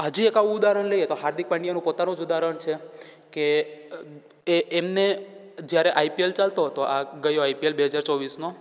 હજી એક આવું ઉદાહરણ લઈએ તો હાર્દિક પાંડ્યાનું પોતાનું જ ઉદાહરણ છે કે એ એમને જ્યારે આઈપીએલ ચાલતો હતો આ ગયો આઈપીએલ બે હજાર ચોવીસનો